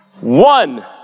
one